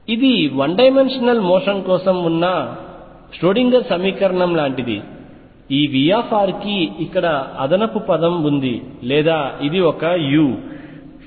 ఇది 1 dimensional motion కోసం ఉన్న ష్రోడింగర్ సమీకరణం లాంటిది ఈ Vr కి ఇక్కడ అదనపు పదం ఉంది లేదా ఇది ఒక u